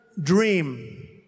dream